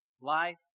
life